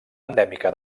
endèmica